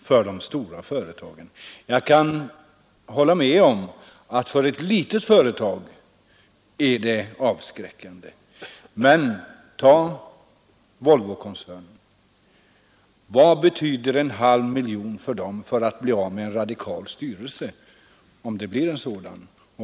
för de stora företagen. Jag kan hålla med om att för ett litet företag kan det vara avskräckande, men vad betyder en halv miljon för Volvo för att bli av med en radikal klubbstyrelse?